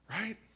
Right